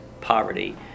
poverty